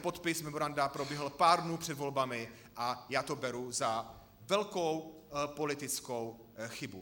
Podpis memoranda proběhl pár dnů před volbami a já to beru za velkou politickou chybu.